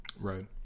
Right